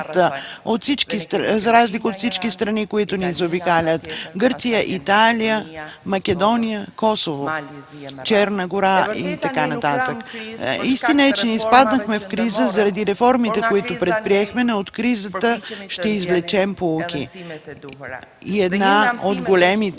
за разлика от всички страни, които ни заобикалят – Гърция, Италия, Македония, Косово, Черна гора и така нататък. Истина е, че не изпаднахме в криза заради реформите, които предприехме, но от кризата ще извлечем поуки. Една от големите